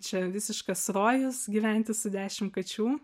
čia visiškas rojus gyventi su dešim kačių